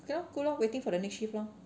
good lor waiting for the next shift lor